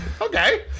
okay